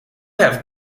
have